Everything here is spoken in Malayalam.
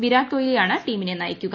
വിരാട് കോഹ്ലിയാണ് ടീമിനെ നയിക്കുക